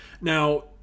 now